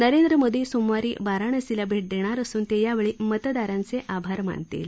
नरेंद्र मोदी सोमवारी वाराणसीला भेट देणार असून ते यावेळी मतदारांचे आभार मानणार आहेत